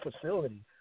facility